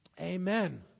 Amen